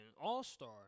All-star